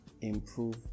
improve